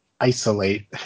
isolate